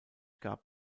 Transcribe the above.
gab